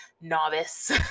novice